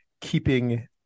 keeping